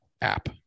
app